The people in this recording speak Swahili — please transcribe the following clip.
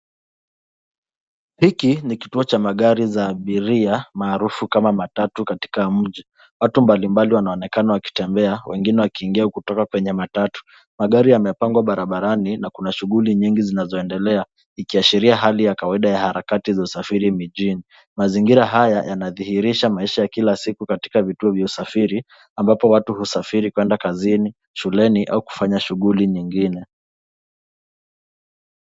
Hiki ni kituo cha magari za abiria maarufu kama matatu katika Mji. Watu mbalimbali wanaonekana wakitembea, wengine wakiingia na kutoka kwenye matatu. Magari yamepangwa barabarani na kuna shuguli nyingi zinazandelea ikiashiria hali ya kawaida ya harakati za usafiri mijini. Mazingira haya yanadihirisha maisha ya kila siku katika vituo ya usafiri, ambapo watu husafiri kuenda kazini, shuleni, au kufanya shuguli ngingine.